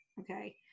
Okay